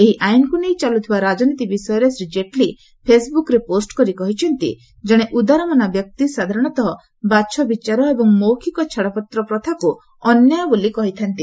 ଏହି ଆଇନକୁ ନେଇ ଚାଲୁଥିବା ରାଜନୀତି ବିଷୟରେ ଶ୍ରୀ ଜେଟ୍ଲୀ ଫେସ୍ବୁକ୍ରେ ପୋଷ୍ଟ କରି କହିଛନ୍ତି ଜଣେ ଉଦାରମନା ବ୍ୟକ୍ତି ସାଧାରଣତଃ ବାଛବିଚାର ଏବଂ ମୌଖିକ ଛାଡ଼ପତ୍ର ପ୍ରଥାକୁ ଅନ୍ୟାୟ ବୋଲି କହିଥା'ନ୍ତି